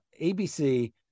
ABC